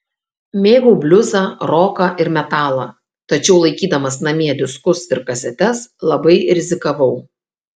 mėgau bliuzą roką ir metalą tačiau laikydamas namie diskus ir kasetes labai rizikavau